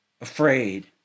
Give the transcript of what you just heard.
afraid